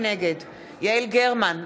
נגד יעל גרמן,